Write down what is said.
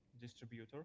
distributor